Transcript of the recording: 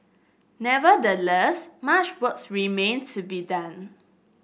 nevertheless much work remains to be done